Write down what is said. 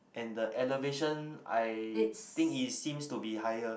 and the elevation I think it seems to be higher